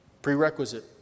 Prerequisite